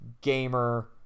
Gamer